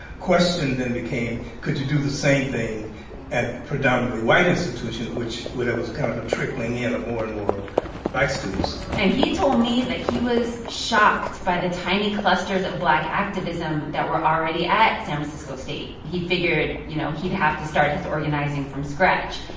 question then became, could you do the same thing at predominantly white institutions which where there was a kind of a trickling-in of more and more black students? and he told me that he was shocked by the tiny clusters of black activism that were already at san francisco state. he figured, you know, he'd have to start his organizing from scratch.